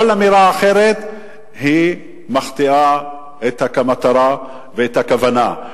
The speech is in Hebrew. כל אמירה אחרת מחטיאה את המטרה ואת הכוונה.